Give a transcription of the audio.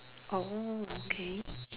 oh okay